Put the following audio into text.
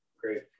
great